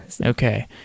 okay